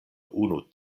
unu